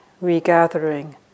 regathering